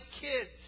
kids